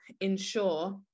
ensure